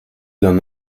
d’un